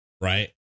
right